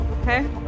Okay